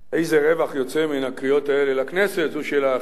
איזה רווח יוצא מן הקריאות האלה לכנסת זו שאלה אחרת.